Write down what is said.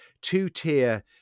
two-tier